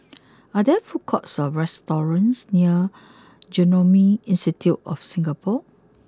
are there food courts or restaurants near Genome Institute of Singapore